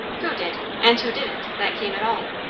who did? and who didn't? that came at all.